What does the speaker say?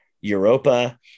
Europa